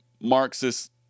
Marxist